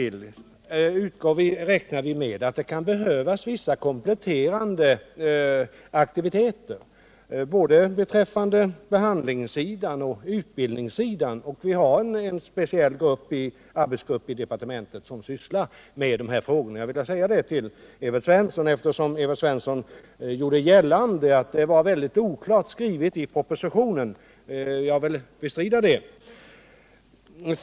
Dessutom räknar vi med att det kan behövas vissa kompletterande aktiviteter både beträffande behandlingssidan och utskottssidan, och vi har också en speciell arbetsgrupp i departementet som sysslar med dessa frågor. Jag vill säga detta till Evert Svensson, eftersom han gjorde gällande att det var mycket oklart skrivet i propositionen, vilket jag bestrider.